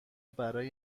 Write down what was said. برای